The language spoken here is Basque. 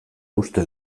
uste